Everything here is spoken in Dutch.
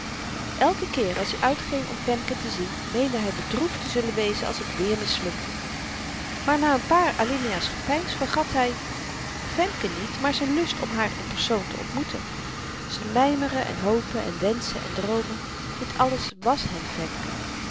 elken keer als i uitging om femke te zien meende hy bedroefd te zullen wezen als t weer mislukte maar na n paar alineaas gepeins vergat hy femke niet maar z'n lust om haar in persoon te ontmoeten z'n mymeren en hopen en wenschen en droomen dit alles wàs hem femke